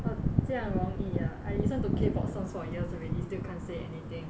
!wah! 这样容易 ah I listen to K pop songs for years already still can't say anything